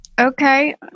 Okay